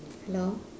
hello